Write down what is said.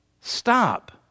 stop